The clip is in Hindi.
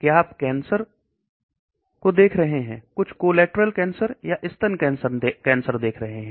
क्या आप कैंसर कुछ और कैंसर या स्तन कैंसर देख रहे हैं